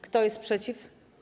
Kto jest przeciw?